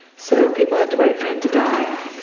so people had to wait for him to die.